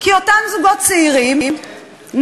כי אותם זוגות צעירים נאלצים,